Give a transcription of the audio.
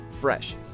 Fresh